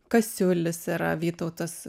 kasiulis yra vytautas